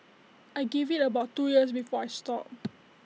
I give IT about two years before I stop